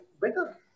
Better